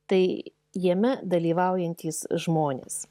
tai jame dalyvaujantys žmonės